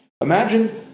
Imagine